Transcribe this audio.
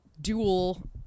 dual